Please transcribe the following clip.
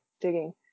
digging